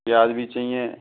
प्याज़ भी चाहिए